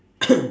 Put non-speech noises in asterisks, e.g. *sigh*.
*coughs*